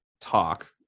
talk